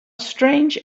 strange